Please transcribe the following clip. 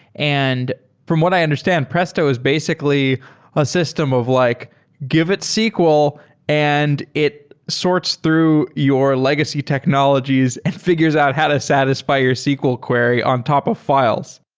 and from what i understand, presto is basically a system of like give it sql and it sorts through your legacy technologies and fi gures out how to satisfy your sql query on top of fi les.